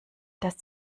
das